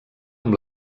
amb